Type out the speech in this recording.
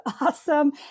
awesome